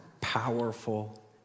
powerful